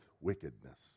wickedness